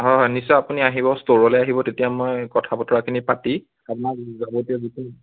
হয় হয় নিশ্চয় আপুনি আহিব ষ্ট'ৰলৈ আহিব তেতিয়া মই কথা বতৰাখিনি পাতি আপোনাৰ যাৱতীয় যিখিনি